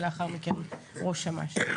ולאחר מכן ראש אמ"ש.